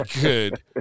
good